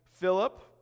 Philip